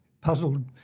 puzzled